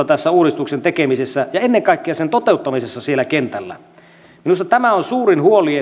tässä uudistuksen tekemisessä ja ennen kaikkea sen toteuttamisessa siellä kentällä minusta erittäin suuri huoli